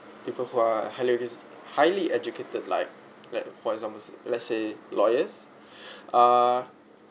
people who are highly highly educated like like for example let's say lawyers ah